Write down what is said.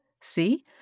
See